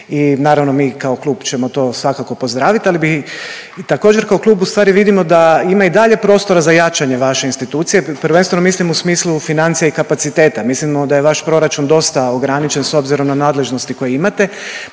i naravno mi kao klub ćemo to svakako pozdravit ali bi također kao klub u stvari vidimo da ima i dalje prostora za jačanje vaše institucije, prvenstveno mislim u smislu financija i kapaciteta. Mislimo da je vaš proračun dosta ograničen s obzirom na nadležnosti koje imate